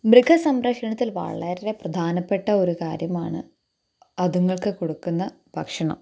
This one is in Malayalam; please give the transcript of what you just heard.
മൃഗ സംരക്ഷണത്തിൽ വളരെ പ്രധാനപ്പെട്ട ഒരു കാര്യമാണ് അതുങ്ങൾക്കു കൊടുക്കുന്ന ഭക്ഷണം